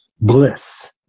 bliss